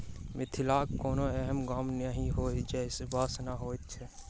मिथिलाक कोनो एहन गाम नहि होयत जतय बाँस नै होयत छै